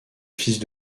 fils